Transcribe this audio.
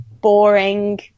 boring